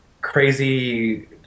crazy